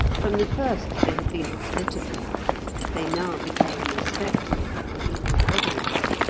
from the first they had been hospitable they now became respectful, and even reverent.